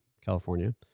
California